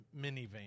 minivan